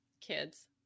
kids